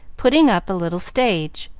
putting up a little stage,